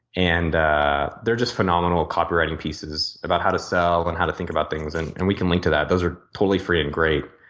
and ah they're just phenomenal copywriting pieces about how to sell and how to think about things. and and we can link to that. those are totally free and great.